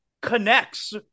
connects